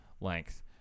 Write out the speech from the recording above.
length